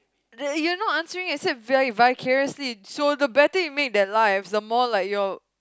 there you are not answering except by vicarously so the better you make their life the more like your